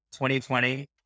2020